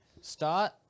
Start